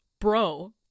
bro